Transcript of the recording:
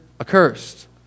accursed